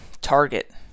target